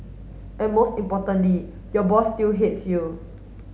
and most importantly your boss still hates you